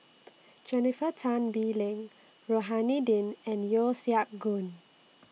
Jennifer Tan Bee Leng Rohani Din and Yeo Siak Goon